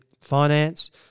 finance –